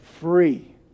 free